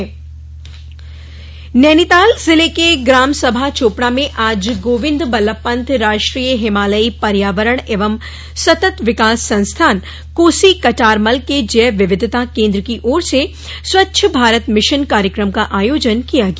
स्वच्छता भारत मिशन नैनीताल जिले के ग्राम सभा चोपड़ा में आज गोविन्द बल्लभ पन्त राष्ट्रीय हिमालयी पर्यायवरण एवं सत्त विकास संस्थान कोसी कटारमल के जैव विविधता केंद्र की ओर से स्वच्छ भारत मिशन कार्यक्रम का आयोजन किया गया